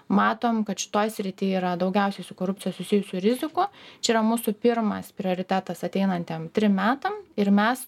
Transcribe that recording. matom kad šitoj srity yra daugiausiai su korupcija susijusių rizikų čia yra mūsų pirmas prioritetas ateinantiem trim metam ir mes